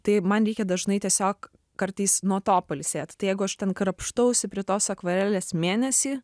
tai man reikia dažnai tiesiog kartais nuo to pailsėt tai jeigu aš ten krapštausi prie tos akvarelės mėnesį